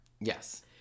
Yes